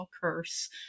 curse